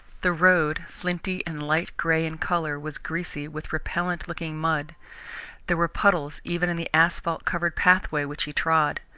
the road, flinty and light grey in colour, was greasy with repellent-looking mud there were puddles even in the asphalt-covered pathway which he trod.